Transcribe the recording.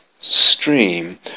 stream